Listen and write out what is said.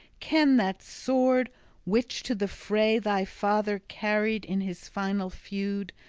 ken that sword which to the fray thy father carried in his final feud,